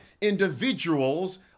Individuals